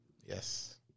Yes